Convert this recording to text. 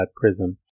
prism